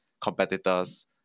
competitors